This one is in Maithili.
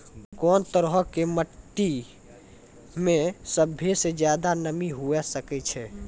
कोन तरहो के मट्टी मे सभ्भे से ज्यादे नमी हुये सकै छै?